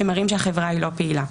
שמראים שהחברה היא לא פעילה.